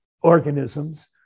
organisms